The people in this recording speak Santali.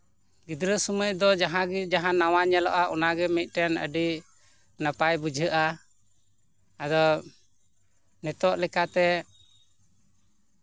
ᱜᱤᱫᱽᱨᱟᱹ ᱥᱚᱢᱚᱭ ᱫᱚ ᱡᱟᱦᱟᱸᱜᱮ ᱡᱟᱦᱟᱸ ᱱᱟᱣᱟ ᱧᱮᱞᱚᱜᱼᱟ ᱚᱱᱟ ᱜᱮ ᱢᱤᱫᱴᱮᱱ ᱟᱹᱰᱤ ᱱᱟᱯᱟᱭ ᱵᱩᱡᱷᱟᱹᱜᱼᱟ ᱟᱫᱚ ᱱᱤᱛᱳᱜ ᱞᱮᱠᱟᱛᱮ